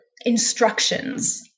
instructions